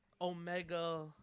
Omega